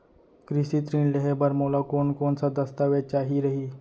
कृषि ऋण लेहे बर मोला कोन कोन स दस्तावेज चाही रही?